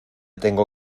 tengo